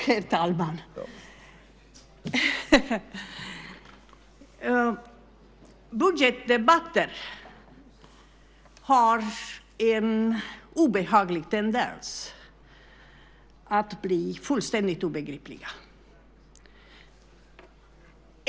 Herr talman! Budgetdebatter har en obehaglig tendens att bli fullständigt obegripliga.